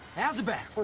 azabeth!